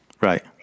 right